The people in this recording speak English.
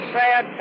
sad